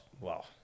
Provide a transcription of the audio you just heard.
Wow